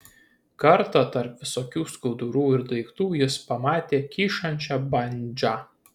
kartą tarp visokių skudurų ir daiktų jis pamatė kyšančią bandžą